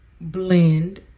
blend